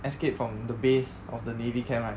escape from the base of the navy camp right